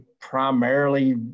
primarily